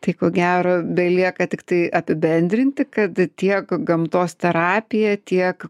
tai ko gero belieka tiktai apibendrinti kad tiek gamtos terapija tiek